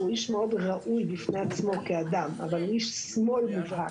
שהוא איש מאוד ראוי בפני עצמו כאדם אבל הוא איש שמאל מובהק,